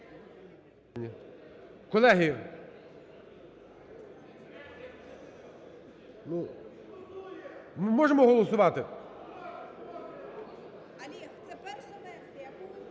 Колеги, ми можемо голосувати?